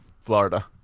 Florida